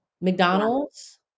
McDonald's